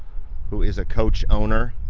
who is a coach owner,